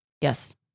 Yes